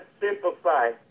simplify